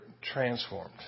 transformed